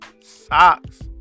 socks